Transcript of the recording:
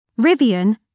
Rivian